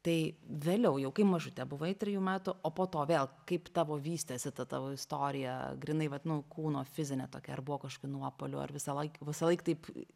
tai vėliau jau kai mažutė buvai trijų metų o po to vėl kaip tavo vystėsi ta tavo istorija grynai vat nu kūno fizinė tokia ar buvo kažkokių nuopuolių ar visąlaik visąlaik taip